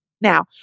Now